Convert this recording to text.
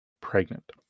pregnant